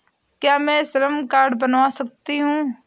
क्या मैं श्रम कार्ड बनवा सकती हूँ?